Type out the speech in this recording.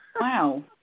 Wow